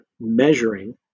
measuring